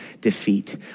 defeat